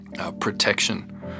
protection